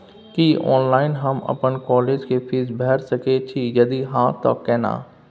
की online हम अपन college के फीस भैर सके छि यदि हाँ त केना?